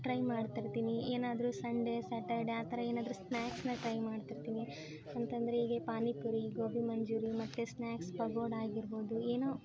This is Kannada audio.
ಟ್ರೈ ಮಾಡ್ತಿರ್ತೀನಿ ಏನಾದರೂ ಸಂಡೆ ಸ್ಯಾಟರ್ಡೆ ಆ ಥರ ಏನಾದರೂ ಸ್ನಾಕ್ಸನ್ನ ಟ್ರೈ ಮಾಡ್ತಾ ಇರ್ತೀನಿ ಅಂತಂದರೆ ಈಗ ಪಾನಿಪುರಿ ಗೋಬಿ ಮಂಜುರಿ ಮತ್ತು ಸ್ನ್ಯಾಕ್ಸ್ ಪಕೋಡ ಆಗಿರ್ಬೋದು ಏನೋ